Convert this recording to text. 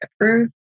approve